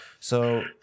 So-